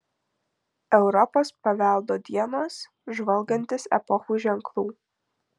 europos paveldo dienos žvalgantis epochų ženklų